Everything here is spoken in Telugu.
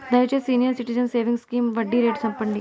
దయచేసి సీనియర్ సిటిజన్స్ సేవింగ్స్ స్కీమ్ వడ్డీ రేటు సెప్పండి